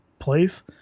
place